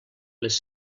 les